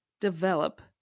develop